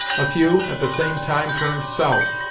a few, at the same time, turned south,